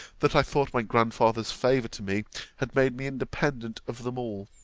that i thought my grandfather's favour to me had made me independent of them all